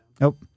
Nope